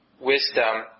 wisdom